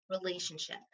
relationship